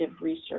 research